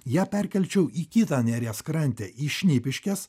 ją perkelčiau į kitą neries krante į šnipiškes